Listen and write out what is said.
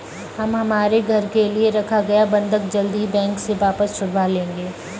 हम हमारे घर के लिए रखा गया बंधक जल्द ही बैंक से वापस छुड़वा लेंगे